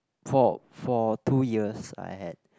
for for two years I had